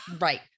right